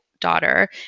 daughter